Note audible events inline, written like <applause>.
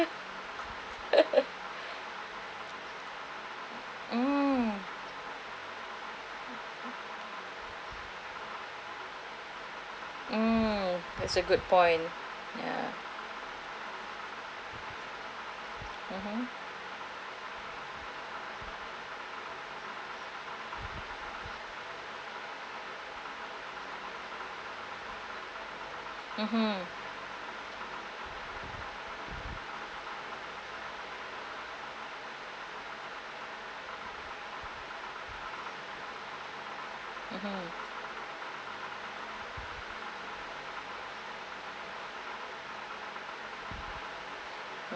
<laughs> mm mm that's a good point ya (uh huh) (uh huh) (uh huh)